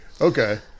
okay